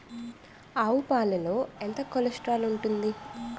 ఆవు పాలలో ఎంత కొలెస్ట్రాల్ ఉంటుంది?